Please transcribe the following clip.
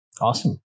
Awesome